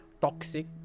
toxic